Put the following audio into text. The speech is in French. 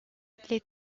les